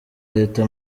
leta